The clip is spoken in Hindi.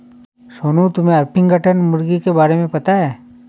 सोनू, तुम्हे ऑर्पिंगटन मुर्गी के बारे में पता है?